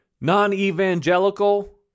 Non-evangelical